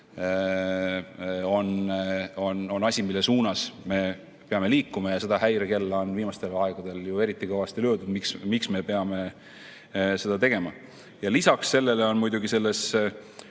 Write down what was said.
on asi, mille suunas me peame liikuma. Seda häirekella on viimastel aegadel eriti kõvasti löödud, et miks me peame seda tegema. Lisaks sellele on muidugi selles